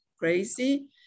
Crazy